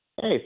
Hey